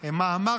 גם משה רבנו,